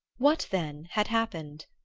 what then had happened?